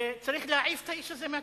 שצריך להעיף את האיש הזה מהתפקיד,